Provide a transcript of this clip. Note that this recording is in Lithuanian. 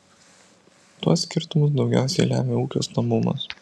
tuos skirtumus daugiausiai lemia ūkio stambumas